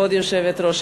כבוד היושבת-ראש,